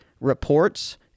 reports